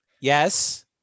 Yes